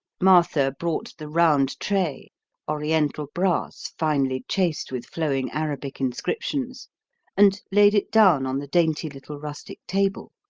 martha brought the round tray oriental brass, finely chased with flowing arabic inscriptions and laid it down on the dainty little rustic table.